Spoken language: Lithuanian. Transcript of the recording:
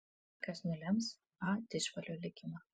kas nulems a didžbalio likimą